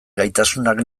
gaitasunak